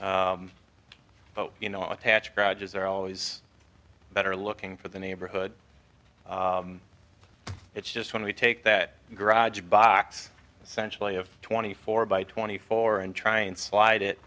but you know i attach grudges they're always better looking for the neighborhood it's just when we take that garage box essentially of twenty four by twenty four and try and slide it